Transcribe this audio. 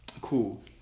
cool